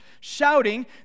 shouting